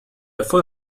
full